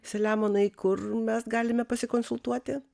selemonai kur mes galime pasikonsultuoti